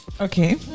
Okay